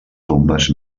tombes